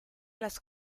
las